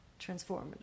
transformative